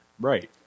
Right